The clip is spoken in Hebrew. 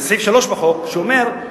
זה סעיף 3 בחוק, שאומר,